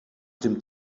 dem